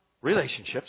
relationships